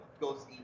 goes